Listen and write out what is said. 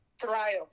trial